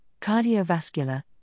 cardiovascular